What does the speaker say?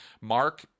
Mark